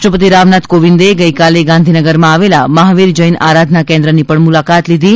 રાષ્ટ્રપતિ રામનાથ કોવિંદે ગઇકાલે ગાંધીનગરમાં આવેલા મહાવીર જૈન આરાધના કેન્દ્રની મુલાકાત લીધી હતી